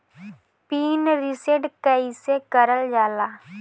Pin reset कईसे करल जाला?